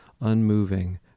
unmoving